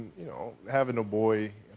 you know having a boy,